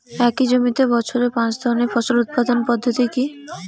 একই জমিতে বছরে পাঁচ ধরনের ফসল উৎপাদন পদ্ধতি কী?